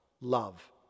love